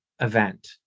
event